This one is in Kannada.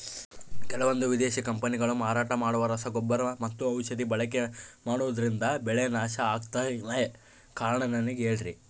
ಕೆಲವಂದು ವಿದೇಶಿ ಕಂಪನಿಗಳು ಮಾರಾಟ ಮಾಡುವ ರಸಗೊಬ್ಬರ ಮತ್ತು ಔಷಧಿ ಬಳಕೆ ಮಾಡೋದ್ರಿಂದ ಬೆಳೆ ನಾಶ ಆಗ್ತಾಇದೆ? ಕಾರಣ ನನಗೆ ಹೇಳ್ರಿ?